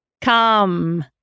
Come